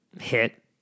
hit